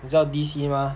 你知道 D_C mah